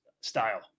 style